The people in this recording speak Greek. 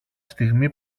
στιγμή